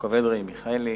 יעקב אדרי ומיכאלי,